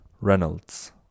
Reynolds